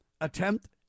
attempt